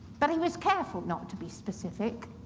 but he was careful not to be specific.